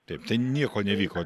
taip tai nieko nevyko